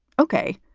ok,